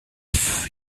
pff